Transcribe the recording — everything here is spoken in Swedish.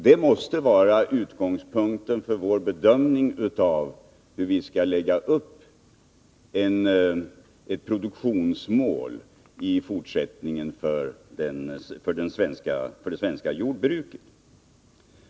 Det måste vara utgångspunkten för vår bedömning av hur vi skall lägga upp ett produktionsmål i fortsättningen för det svenska jordbruket.